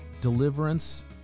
deliverance